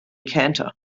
cantor